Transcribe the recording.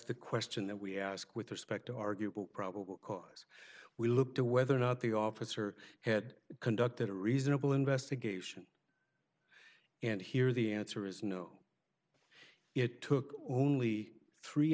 the question that we ask with respect to arguable probable cause we look to whether or not the officer had conducted a reasonable investigation and here the answer is no it took only three